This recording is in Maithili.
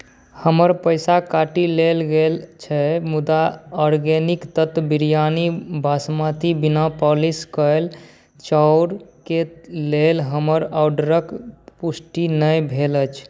हमर पैसा काटि लेल गेल छै मुदा आर्गेनिक तत्व बिरयानी बासमती बिना पॉलिश कयल चाउरके लेल हमर ऑडरके पुष्टि नहि भेल अछि